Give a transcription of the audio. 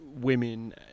women